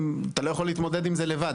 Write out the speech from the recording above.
אתה לא יכול להתמודד עם זה לבד.